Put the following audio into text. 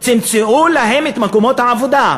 תמצאו להם את מקומות העבודה.